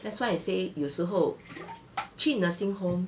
that's why I say 有时候去 nursing home